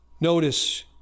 Notice